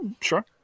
Sure